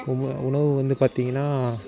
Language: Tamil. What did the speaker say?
உணவு வந்து பார்த்திங்கனா